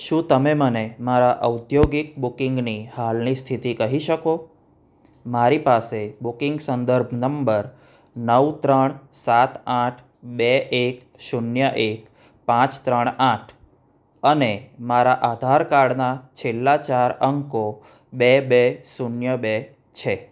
શું તમે મને મારા ઔદ્યોગિક બુકિંગની હાલની સ્થિતિ કહી શકો મારી પાસે બુકિંગ સંદર્ભ નંબર નવ ત્રણ સાત આઠ બે એક શૂન્ય એક પાંચ ત્રણ આઠ અને મારા આધાર કાર્ડના છેલ્લા ચાર અંકો બે બે શૂન્ય બે છે